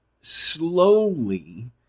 slowly